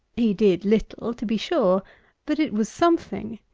he did little, to be sure but it was something.